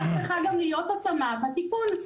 כך צריכה גם להיות התאמה בתיקון.